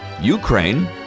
Ukraine